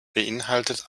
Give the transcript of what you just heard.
beinhaltet